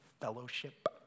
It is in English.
Fellowship